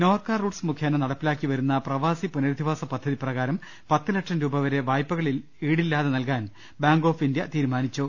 നോർക്ക റൂട്ട്സ് മുഖേന നടപ്പിലാക്കി വരുന്ന പ്രവാസി പുന രധിവാസ പദ്ധതി പ്രകാരം പത്തുലക്ഷം രൂപ വരെ വായ്പ കൾ ഈടില്ലാതെ നൽകാൻ ബാങ്ക് ഓഫ് ഇന്ത്യ തീരുമാനിച്ചു